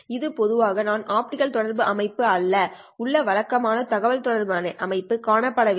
இது பொதுவான நான் ஆப்டிகல் தொடர்பு அமைப்பு அல்ல உள்ள வழக்கமான தகவல் தொடர்பு அமைப்பு காணப்படவில்லை